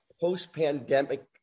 post-pandemic